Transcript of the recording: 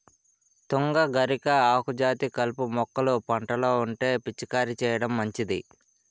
తుంగ, గరిక, ఆకుజాతి కలుపు మొక్కలు పంటలో ఉంటే పిచికారీ చేయడం మంచిది